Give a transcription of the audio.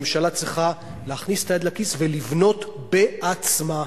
צריכה להכניס את היד לכיס ולבנות בעצמה.